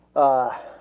ah.